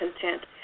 content